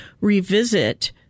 revisit